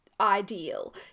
ideal